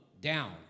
down